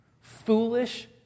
Foolish